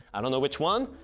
i dunno which one,